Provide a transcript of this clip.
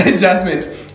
Jasmine